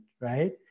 right